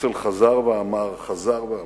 הרצל חזר ואמר, חזר ואמר,